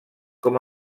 com